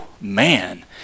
man